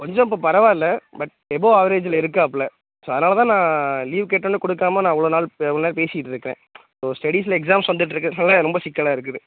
கொஞ்சம் இப்போ பரவாயில்ல பட் எபோ ஆவரேஜில் இருக்காப்பில ஸோ அதனால் தான் நான் லீவ் கேட்டனே கொடுக்காம நான் இவ்வளோ நாள் இவ்வளோ நேரம் பேசிகிட்டு இருக்கேன் ஸோ ஸ்டடீஸில் எக்ஸாம் வந்துட்யிருக்கு அதனால் ரொம்ப சிக்கலாகருக்குது